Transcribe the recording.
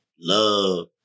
love